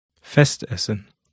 Festessen